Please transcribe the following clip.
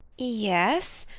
yes.